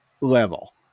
level